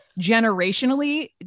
generationally